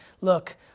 look